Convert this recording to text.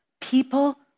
people